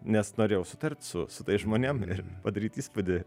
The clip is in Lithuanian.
nes norėjau sutart su su tais žmonėm ir padaryt įspūdį